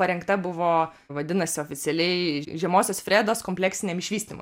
parengta buvo vadinasi oficialiai žemosios fredos kompleksiniam išvystymui